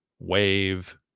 wave